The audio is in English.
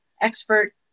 expert